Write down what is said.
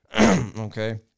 okay